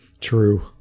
True